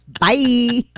Bye